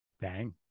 Bang